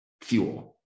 fuel